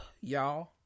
y'all